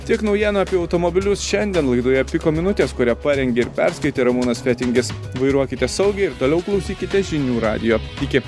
tiek naujienų apie automobilius šiandien laidoje piko minutės kurią parengė ir perskaitė ramūnas fetingis vairuokite saugiai ir toliau klausykite žinių radijo iki